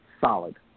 solid